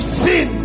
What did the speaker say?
sin